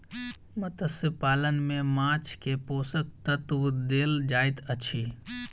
मत्स्य पालन में माँछ के पोषक तत्व देल जाइत अछि